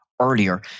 earlier